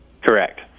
Correct